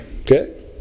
okay